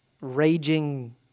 raging